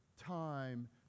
time